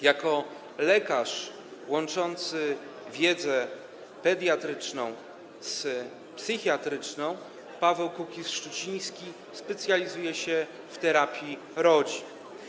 Jako lekarz łączący wiedzę pediatryczną z psychiatryczną, Paweł Kukiz-Szczuciński specjalizuje się w terapii rodzin.